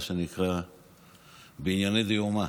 מה שנקרא בענייני דיומא.